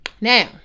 Now